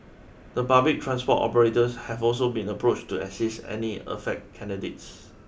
the public transport operators have also been approached to assist any affect candidates